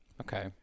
Okay